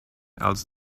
else